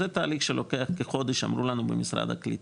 זה תהליך שלוקח כחודש אמרו לנו במשרד הקליטה.